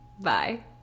bye